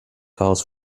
chaos